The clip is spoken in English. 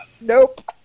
Nope